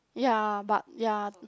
ya but ya